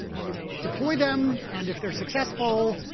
you deploy them. and if they're successful,